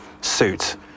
suit